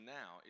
now